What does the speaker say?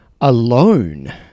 alone